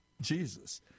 Jesus